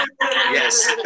Yes